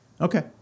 Okay